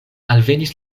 alvenis